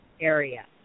area